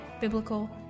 biblical